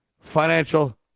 financial